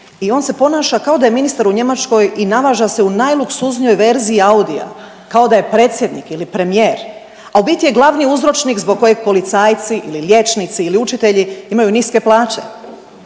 i on se ponaša kao da je ministar u Njemačkoj i navaža se najluksuznijoj verziji Audia kao da je predsjednik ili premijer, a u biti je glavni uzročnik zbog kojeg policajci ili liječnici ili učitelji imaju niske plaće.